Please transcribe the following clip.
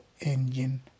engine